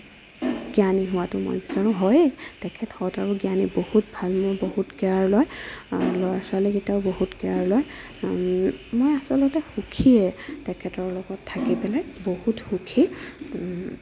জ্ঞানী হোৱাটো মই বিচাৰো হয়ে তেখেত সৎ আৰু জ্ঞানী বহুত ভাল মোৰ বহুত কেয়াৰ লয় ল'ৰা ছোৱালী গিটাও বহুত কেয়াৰ লয় মই আচলতে সুখীয়ে তেখেতৰ লগত থাকি পেলাই বহুত সুখী